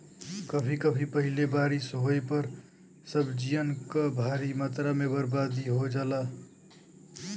कभी कभी पहिले बारिस होये पर सब्जियन क भारी मात्रा में बरबादी हो जाला